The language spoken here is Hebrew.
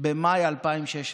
במאי 2016,